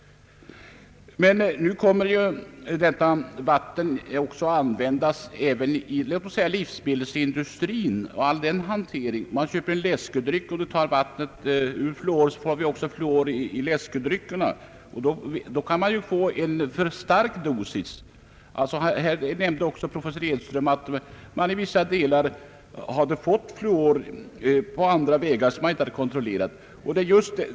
Nu kommer dricksvattnet att användas även i livsmedelsindustrin. Man får t.ex. fluor i läskedryckerna, och då kan det bli för stark dosis. Professor Edström nämnde också att man i vissa delar av landet har fått fluor på andra vägar som man inte kunnat kontrollera.